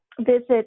visit